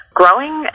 growing